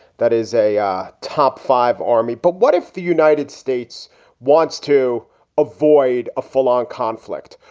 that is a um top five army. but what if the united states wants to avoid a full long conflict?